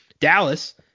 Dallas